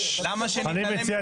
למה שנתעלם ממנו?